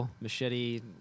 Machete